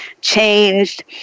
changed